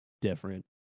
different